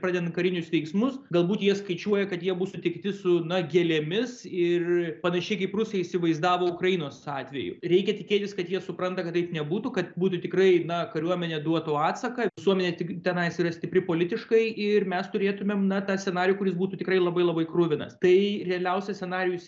pradedan karinius veiksmus galbūt jie skaičiuoja kad jie bus sutikti su na gėlėmis ir panašiai kaip rusai įsivaizdavo ukrainos atveju reikia tikėtis kad jie supranta kad taip nebūtų kad būtų tikrai na kariuomenė duotų atsaką visuomenė tik tenais yra stipri politiškai ir mes turėtumėm na tą scenarijų kuris būtų tikrai labai labai kruvinas tai realiausias scenarijus